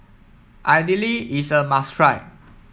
Idili is a must try